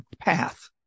path